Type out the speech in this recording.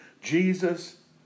Jesus